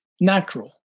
natural